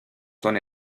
son